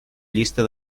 llista